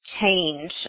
change